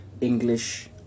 English